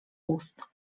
ust